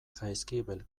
jaizkibel